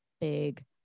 big